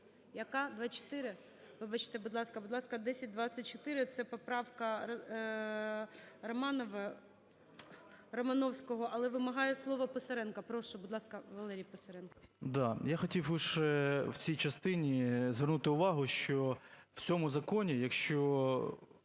Яка, 1024? Вибачте, будь ласка. 1024 – це поправка Романовського, але вимагає слово Писаренко. Прошу, будь ласка, Валерій Писаренко. 16:36:22 ПИСАРЕНКО В.В. Да. Я хотів лише в цій частині звернути увагу, що в цьому законі, якщо